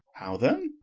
how then?